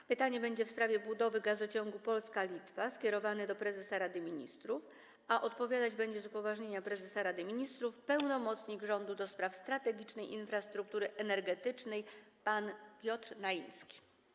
To pytanie w sprawie budowy gazociągu Polska - Litwa, skierowane do prezesa Rady Ministrów, a odpowiadać z upoważnienia prezesa Rady Ministrów będzie pełnomocnik rządu do spraw strategicznej infrastruktury energetycznej pan Piotr Naimski.